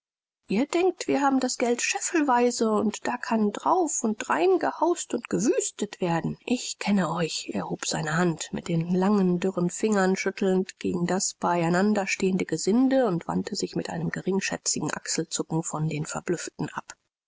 ihr denkt wir haben das geld scheffelweise und da kann drauf und drein gehaust und gewüstet werden ich kenne euch er hob seine hand mit den langen dürren fingern schüttelnd gegen das bei einander stehende gesinde und wandte sich mit einem geringschätzenden achselzucken von den verblüfften ab